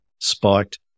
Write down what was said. spiked